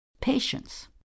patience